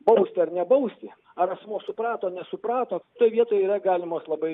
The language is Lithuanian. bausti ar nebausi ar asmuo suprato nesuprato toj vietoj yra galimos labai